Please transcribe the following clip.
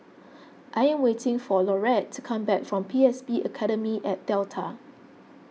I am waiting for Laurette to come back from P S B Academy at Delta